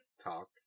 talk